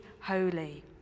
holy